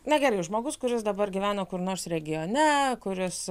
na gerai žmogus kuris dabar gyveno kur nors regione kuris